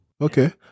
Okay